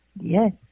Yes